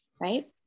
Right